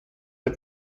der